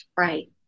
Right